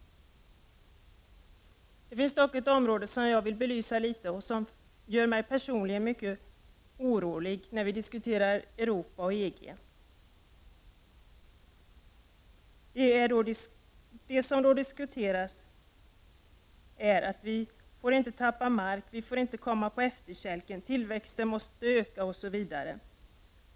Det finns ett område som jag skulle vilja belysa litet och som gör mig personligen mycket orolig när vi diskuterar Europa och EG. Det är när man säger att vi inte får tappa mark, inte få komma på efterkälken, att tillväxten måste öka, osv.